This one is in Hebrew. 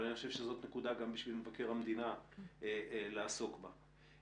אבל אני חושב שזאת נקודה גם בשביל מבקר המדינה לעסוק בה,